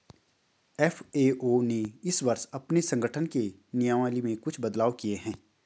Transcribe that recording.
FAO ने इस वर्ष अपने संगठन के नियमावली में कुछ बदलाव किए हैं